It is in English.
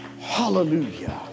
Hallelujah